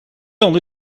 only